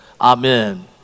Amen